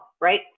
right